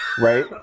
right